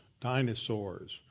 dinosaurs